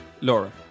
Laura